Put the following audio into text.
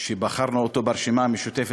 שבחרנו ברשימה המשותפת,